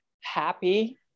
happy